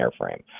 airframe